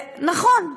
נכון.